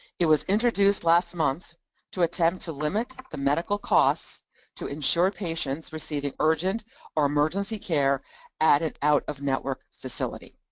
it was introduced last month to attempt to limit the medical costs to ensure patients receiving urgent or emergency care at an out of network facility.